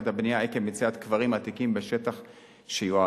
הבנייה עקב מציאת קברים עתיקים בשטח שיועד.